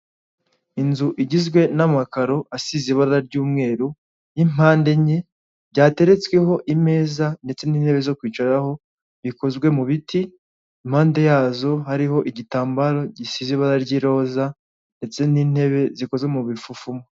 Inzu igizwe n'amakaro asize ibara ry'umweru y'impande enye byateretsweho imeza ndetse n'intebe zo kwicaraho bikozwe mu biti impande yazo hariho igitambaro gisize ibara ry'iroza ndetse n'intebe zikoze mu bivumu.